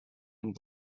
and